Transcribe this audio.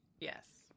Yes